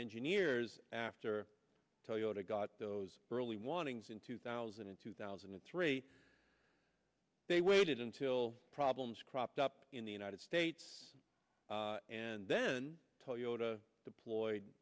engineers after toyota got those early warnings in two thousand in two thousand and three they waited until problems cropped up in the united states and then toyota deployed